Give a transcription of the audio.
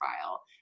trial